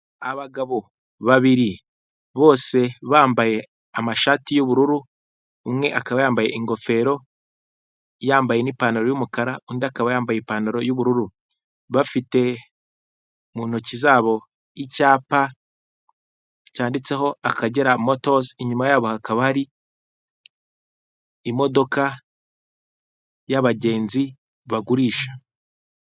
Abagabo babiri bose bambaye amashati y'ubururu, umwe akaba yambaye ingofero yambaye n'ipantaro y'umukara undi akaba yambaye ipantaro y'ubururu, bafite mu ntoki zabo icyapa cyanditseho AKAGERA MOTORS inyuma yabo hakaba hari imodoka y'abagenzi bagurisha.